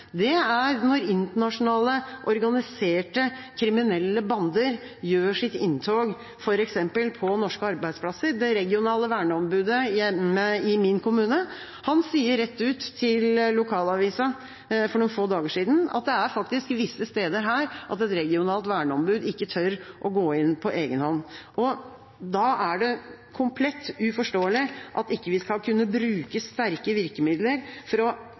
er når internasjonale, organiserte kriminelle bander gjør sitt inntog, f.eks. på norske arbeidsplasser. Det regionale verneombudet i min kommune sa for noen få dager siden rett ut til lokalavisa at det faktisk er visse steder et regionalt verneombud ikke tør å gå inn på egen hånd. Da er det komplett uforståelig at vi ikke skal kunne bruke sterke virkemidler for å